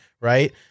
Right